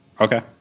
Okay